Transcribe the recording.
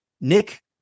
Nick